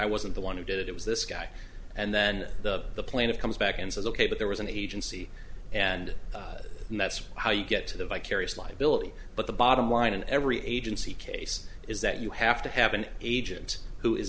i wasn't the one who did it it was this guy and then the planet comes back and says ok but there was an agency and that's how you get to the vicarious liability but the bottom line in every agency case is that you have to have an agent who is